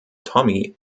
tommy